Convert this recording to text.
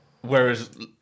whereas